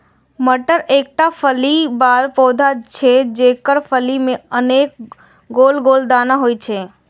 मटर एकटा फली बला पौधा छियै, जेकर फली मे अनेक गोल गोल दाना होइ छै